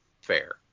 Fair